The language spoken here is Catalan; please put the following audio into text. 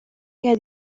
que